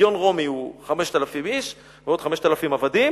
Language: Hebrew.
לגיון רומי הוא 5,000 איש ועוד 5,000 עבדים,